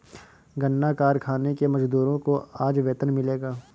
गन्ना कारखाने के मजदूरों को आज वेतन मिलेगा